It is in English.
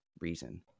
reason